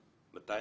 מיליון.